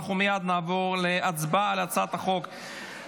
אנחנו מייד נעבור להצבעה בקריאה ראשונה על הצעת חוק הכשירות